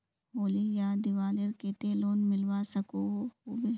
होली या दिवालीर केते लोन मिलवा सकोहो होबे?